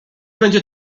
będzie